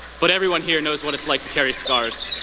but everyone here knows what it's like to carry scars.